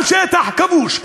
על שטח כבוש,